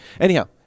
anyhow